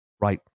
right